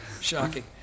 shocking